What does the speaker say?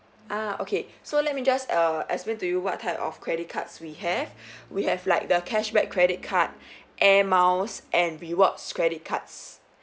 ah okay so let me just err explain to you what type of credit cards we have we have like the cashback credit card air miles and rewards credit cards